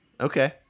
Okay